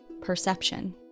Perception